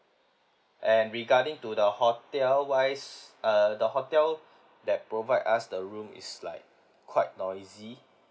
and regarding to the hotel wise uh the hotel that provide us the room is like quite noisy